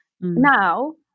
now